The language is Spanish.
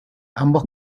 ambos